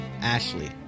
Ashley